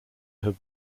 have